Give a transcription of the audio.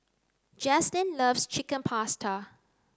Jazlynn loves Chicken Pasta